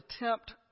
attempt